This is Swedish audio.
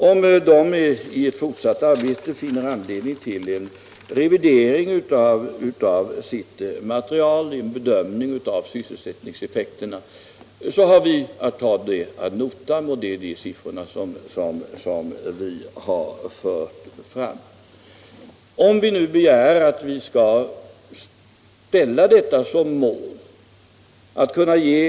Om man där i sitt fortsatta arbete finner anledning till en revidering av sina bedömningar när det gäller sysselsättningseffekterna, så har vi att ta det ad notam, och det är dessa siffror vi har fört fram.